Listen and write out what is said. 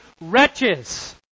wretches